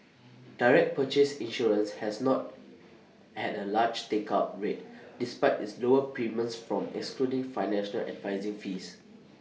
direct purchase insurance has not had A large take up rate despite its lower premiums from excluding financial advising fees